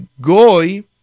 Goy